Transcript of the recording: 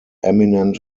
eminent